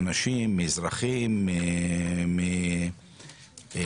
מאנשים, מאזרחים, מתיירים,